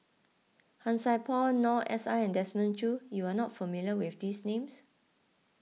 Han Sai Por Noor S I and Desmond Choo you are not familiar with these names